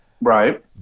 Right